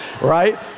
right